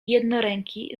jednoręki